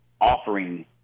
offering